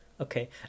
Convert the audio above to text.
Okay